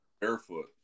Barefoot